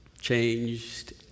Changed